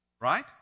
right